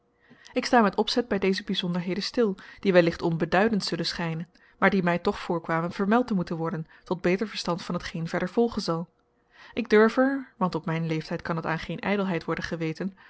ik sta met opzet bij deze bijzonderheden stil die wellicht onbeduidend zullen schijnen maar die mij toch voorkwamen vermeld te moeten worden tot beter verstand van hetgeen verder volgen zal ik durf er want op mijn leeftijd kan het aan geen ijdelheid worden